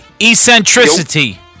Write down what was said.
Eccentricity